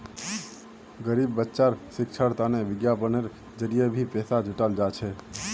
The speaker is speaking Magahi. गरीब बच्चार शिक्षार तने विज्ञापनेर जरिये भी पैसा जुटाल जा छेक